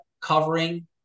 covering